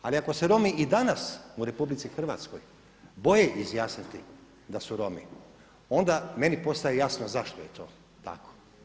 Ali ako se Romi i danas u RH boje izjasniti da su Romi onda meni postaje jasno zašto je to tako.